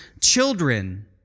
children